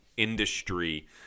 Industry